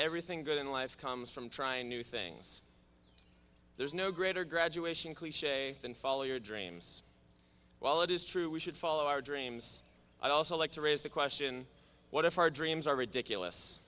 everything good in life comes from trying new things there's no greater graduation cliche than follow your dreams while it is true we should follow our dreams i'd also like to raise the question what if our dreams are ridiculous